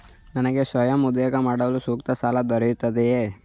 ನನಗೆ ಸ್ವಯಂ ಉದ್ಯೋಗ ಮಾಡಲು ಸೂಕ್ತ ಸಾಲ ದೊರೆಯುತ್ತದೆಯೇ?